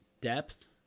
depth